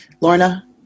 Lorna